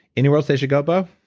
anywhere else they should go above?